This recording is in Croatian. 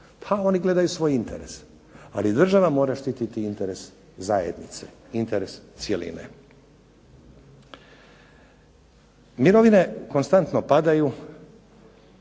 pa oni gledaju svoje interese. Ali država mora štiti interes zajednice, interes cjeline. Mirovine konstantno padaju,